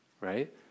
right